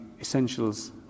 Essentials